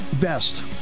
best